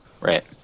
Right